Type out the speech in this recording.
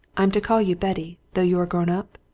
i'm to call you betty, though you are grown up?